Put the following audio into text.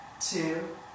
two